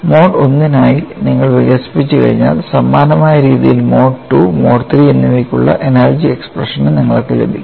mode I നായി നിങ്ങൾ വികസിപ്പിച്ചുകഴിഞ്ഞാൽ സമാനമായ രീതിയിൽ മോഡ് II മോഡ് III എന്നിവയ്ക്കുള്ള എനർജി എക്സ്പ്രഷനും നിങ്ങൾക്ക് ലഭിക്കും